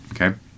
okay